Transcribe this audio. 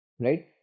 right